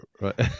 Right